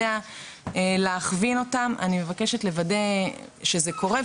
יודע לכוון אותם אני מבקשת לוודא שזה קורה.